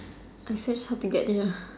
I searched how to get dinner